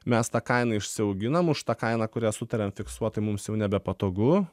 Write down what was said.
mes tą kainą išsiauginam už tą kainą kurią sutariam fiksuotai mums jau nebepatogu